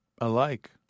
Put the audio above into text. alike